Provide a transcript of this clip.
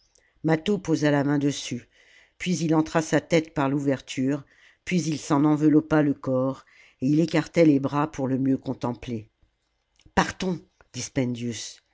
mâtho posa la main dessus puis il entra sa tête par l'ouverture puis il s'en enveloppa le corps et il écartait les bras pour le mieux contempler partons